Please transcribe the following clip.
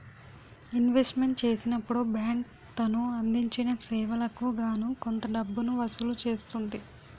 investment చేసినప్పుడు bank తను అందించిన సేవలకు గాను కొంత డబ్బును వసూలు చేస్తుంది